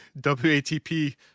WATP